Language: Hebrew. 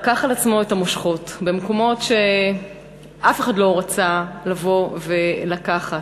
לקח על עצמו את המושכות במקומות שאף אחד לא רצה לבוא ולקחת.